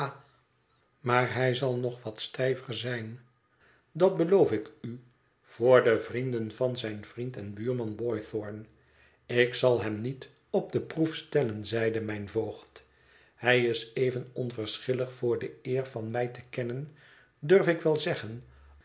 maar hij zal nog wat stijver zijn dat beloof ik u voor de vrienden van zijn vriend en buurman boythorn ik zal hem niet op de proef stellen zeide mijn voogd hij is even onverschillig voor de eer van mij te kennen durf ik wel zeggen